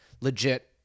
legit